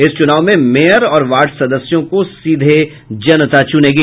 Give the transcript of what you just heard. इस चुनाव में मेयर और वार्ड सदस्यों को सीधे जनता चुनेगी